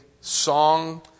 song